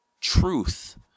truth